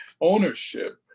ownership